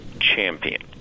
champion